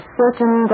certain